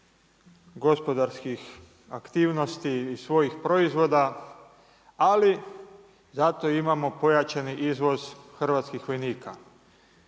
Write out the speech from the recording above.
gospodarskih aktivnosti svojih proizvoda, ali zato imamo pojačani izvoz hrvatskih vojnika.